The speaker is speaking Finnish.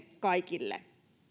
kaikille